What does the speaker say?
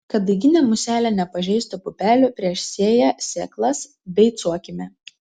kad daiginė muselė nepažeistų pupelių prieš sėją sėklas beicuokime